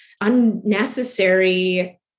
unnecessary